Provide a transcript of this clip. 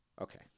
Okay